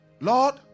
Lord